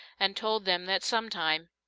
and told them that sometime,